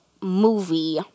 Movie